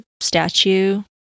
statue